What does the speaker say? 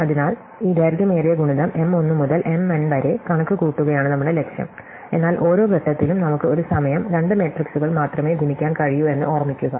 അതിനാൽ ഈ ദൈർഘ്യമേറിയ ഗുണിതം M 1 മുതൽ M n വരെ കണക്കുകൂട്ടുകയാണ് നമ്മുടെ ലക്ഷ്യം എന്നാൽ ഓരോ ഘട്ടത്തിലും നമുക്ക് ഒരു സമയം രണ്ട് മെട്രിക്സുകൾ മാത്രമേ ഗുണിക്കാൻ കഴിയൂ എന്ന് ഓർമ്മിക്കുക